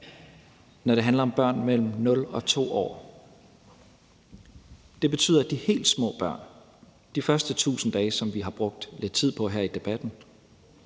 når det handler om børn mellem 0 og 2 år. Det betyder, at de helt små børn de første 1.000 dage, som vi har brugt lidt tid på at tale om her i debatten,